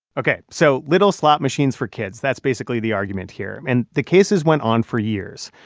ok, so little slot machines for kids that's basically the argument here. and the cases went on for years.